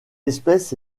espèce